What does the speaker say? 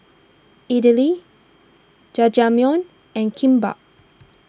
Idili Jajangmyeon and Kimbap